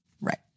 Right